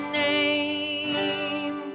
name